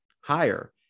higher